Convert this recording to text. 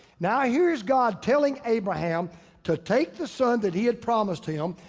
now here's god telling abraham to take the son that he had promised him.